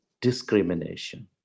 discrimination